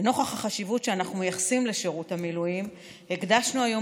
לנוכח החשיבות שאנחנו מייחסים לשירות המילואים הקדשנו היום